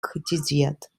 kritisiert